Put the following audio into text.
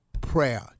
Prayer